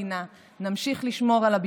נמשיך לשמור על המדינה,